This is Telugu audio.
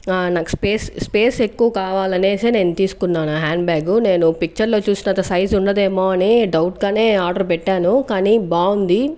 నాకు స్పేస్ స్పేస్ ఎక్కువ కావాలనేసే నేను తీసుకున్నాను హ్యాండ్ బ్యాగ్ నేను పిక్చర్లో చూసినంత సైజు ఉండదేమో అని డౌట్గానే ఆర్డర్ పెట్టాను కానీ బాగుంది